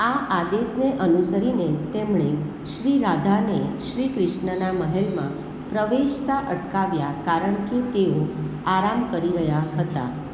આ આદેશને અનુસરીને તેમણે શ્રી રાધાને શ્રી ક્રિશ્નના મહેલમાં પ્રવેશતાં અટકાવ્યાં કારણ કે તેઓ આરામ કરી રહ્યા હતા